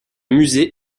musée